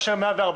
זה חלק מזה.